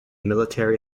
military